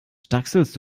stackselst